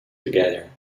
together